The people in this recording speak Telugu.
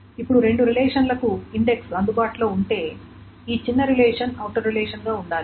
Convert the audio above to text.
ఇప్పుడు రెండు రిలేషన్లకు ఇండెక్స్ అందుబాటులో ఉంటే ఈ చిన్న రిలేషన్ ఔటర్ రిలేషన్ గా ఉండాలి